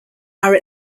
are